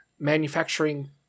manufacturing